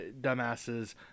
dumbasses